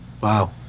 Wow